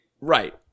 Right